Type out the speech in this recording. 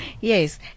Yes